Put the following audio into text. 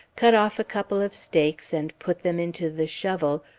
cut off a couple of steaks and put them into the shovel,